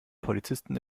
polizisten